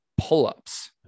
pull-ups